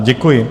Děkuji.